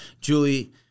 Julie